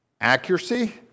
accuracy